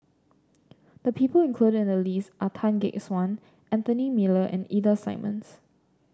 the people included in the list are Tan Gek Suan Anthony Miller and Ida Simmons